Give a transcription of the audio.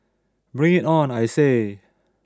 bring it on I say